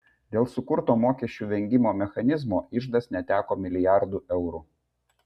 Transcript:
dėl sukurto mokesčių vengimo mechanizmo iždas neteko milijardų eurų